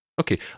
Okay